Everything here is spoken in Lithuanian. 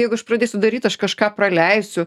jeigu aš pradėsiu daryt aš kažką praleisiu